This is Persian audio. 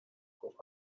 گفت